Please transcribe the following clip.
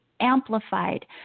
amplified